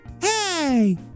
Hey